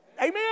Amen